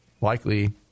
likely